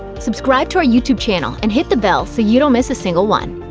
subscribe to our youtube channel and hit the bell so you don't miss a single one.